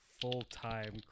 full-time